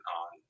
on